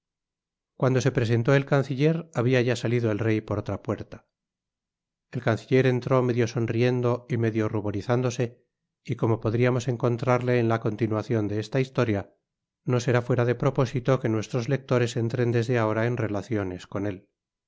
cuando se presentó el canciller habia ya salido el rey por otra puerta el canciller entró medio sonriendo y medio ruborizándose y como podríamos encontrarle en la continuacion de esta historia no será fuera'de propósito que nuestros lectores entren desde ahora en relaciones con él